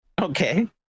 Okay